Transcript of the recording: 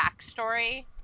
backstory